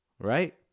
Right